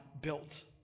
built